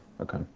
Okay